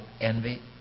envy